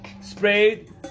sprayed